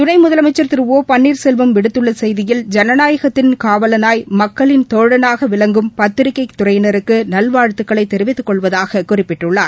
துணை முதலமைச்சர் திரு ஒ பன்னீர் செல்வம் விடுத்துள்ள செய்தியில் ஜனநாயகத்தின் காவலனாய் மக்களின் தோழனாக விளங்கும் பத்திரிகைத் துறையினருக்கு நல்வாழ்த்துக்களை தெரிவித்துக் கொள்வதாக குறிப்பிட்டுள்ளார்